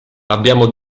abbiamo